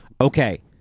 Okay